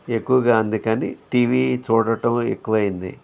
ఎక్కువగా అందుకని టీవీ చూడడం ఎక్కువైంది